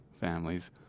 families